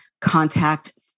contact